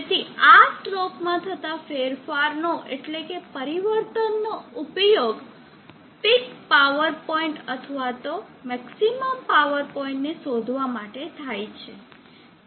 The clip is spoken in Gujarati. તેથી આ સ્લોપ માં થતા ફેરફારનો એટલે કે પરિવર્તન નો ઉપયોગ પીક પાવર પોઇન્ટ અથવા તો મેક્સિમમ પાવર પોઇન્ટ ને શોધવા માટે થાય છે